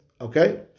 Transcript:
Okay